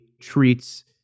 treats